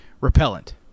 repellent